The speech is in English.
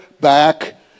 back